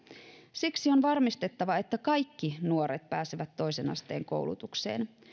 siksi on varmistettava että kaikki nuoret pääsevät toisen asteen koulutukseen